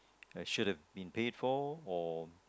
like should have been paid for or